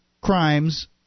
crimes